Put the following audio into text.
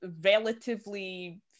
relatively